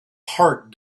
heart